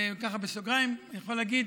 בסוגריים אני יכול להגיד